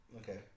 Okay